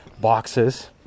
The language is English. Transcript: boxes